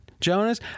Jonas